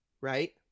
right